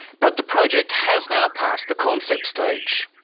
but the project has now passed the concept stage.